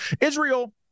Israel